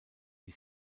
die